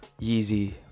Yeezy